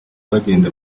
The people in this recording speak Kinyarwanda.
bagenda